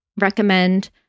recommend